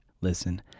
Listen